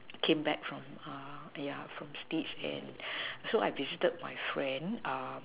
came back from uh ya from states and so I visited my friend uh